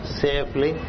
safely